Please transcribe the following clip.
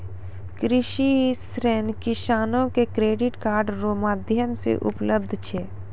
कृषि ऋण किसानो के क्रेडिट कार्ड रो माध्यम से उपलब्ध छै